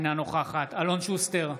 אינה נוכחת אלון שוסטר,